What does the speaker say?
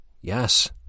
Yes